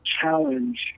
challenge